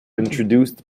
introduced